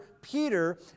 Peter